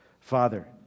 Father